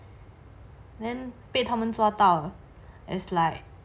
then 被他们抓到 is like